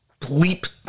bleep